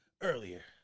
earlier